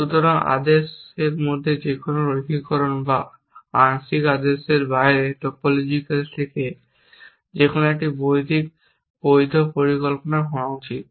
সুতরাং আংশিক আদেশের যেকোন রৈখিককরণ বা আংশিক আদেশের বাইরে টপোলজিক্যাল থেকে যেকোনও একটি বৈধ পরিকল্পনা হওয়া উচিত